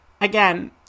again